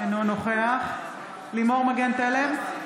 אינו נוכח לימור מגן תלם,